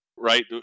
right